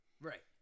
Right